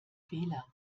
fehler